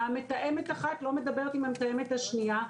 מתאמת אחת לא מדברת עם המתאמת השנייה,